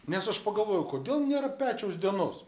nes aš pagalvojau kodėl nėra pečiaus dienos